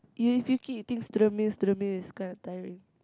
you if you keep eating student meal student meal it's kind of tiring